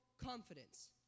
confidence